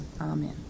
amen